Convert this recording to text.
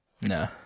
No